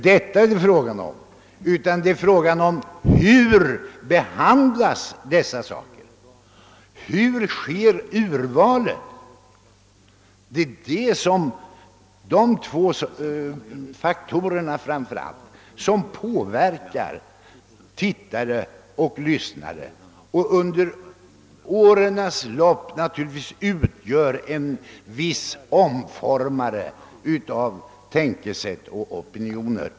Men frågan är hur dessa nyheter behandlas och hur urvalet sker. Det är dessa båda faktorer som påverkar tittare och lyssnare och som under årens lopp naturligtvis omformar tänkesätt och opinioner.